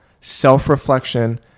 self-reflection